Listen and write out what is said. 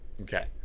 okay